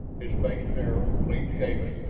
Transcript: his face narrow, clean-shaven,